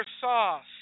sauce